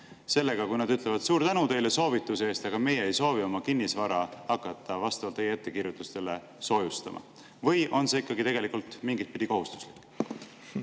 sellega, kui nad ütlevad, et suur tänu teile soovituse eest, aga meie ei soovi oma kinnisvara hakata vastavalt teie ettekirjutustele soojustama? Või on see ikkagi mingitpidi kohustuslik?